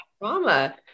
trauma